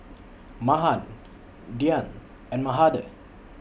Mahan Dhyan and Mahade